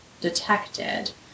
detected